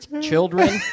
children